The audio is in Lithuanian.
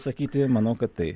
sakyti manau kad tai